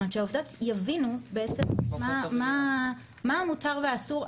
כדי שהעובדות יבינו מה מותר ואסור,